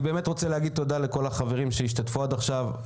אני באמת רוצה להגיד תודה לכול החברים שהשתתפו עד עכשיו.